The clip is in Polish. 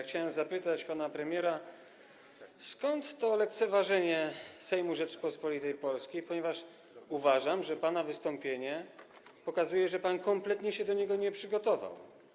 Chciałem zapytać pana premiera, skąd to lekceważenie Sejmu Rzeczypospolitej Polskiej, ponieważ uważam, że pana wystąpienie pokazuje, że pan kompletnie się do niego nie przygotował.